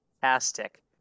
fantastic